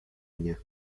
mnie